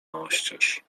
oścież